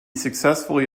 successfully